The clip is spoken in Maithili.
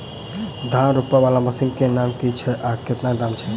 धान रोपा वला मशीन केँ नाम की छैय आ कतेक दाम छैय?